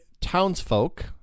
townsfolk